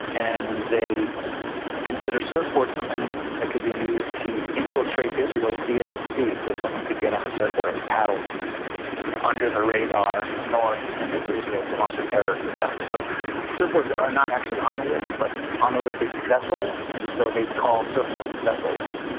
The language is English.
and they consider surfboards something that could be used to infiltrate israel via the sea. so someone could get on a surfboard and paddle ah under the radar north and into israel to launch a terrorist attack. so surfboards are not actually on the list but on the list are vessels, and so they call surfboards vessels.